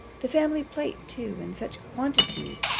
the family-plate too, in such quantities,